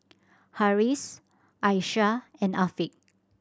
Harris Aisyah and Afiq